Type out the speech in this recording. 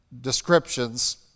descriptions